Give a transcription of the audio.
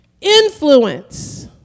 Influence